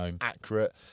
accurate